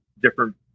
different